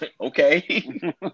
Okay